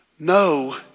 No